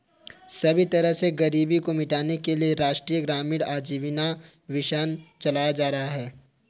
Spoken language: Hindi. सभी तरह से गरीबी को मिटाने के लिये राष्ट्रीय ग्रामीण आजीविका मिशन चलाया जा रहा है